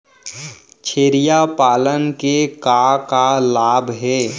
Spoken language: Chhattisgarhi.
छेरिया पालन के का का लाभ हे?